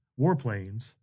warplanes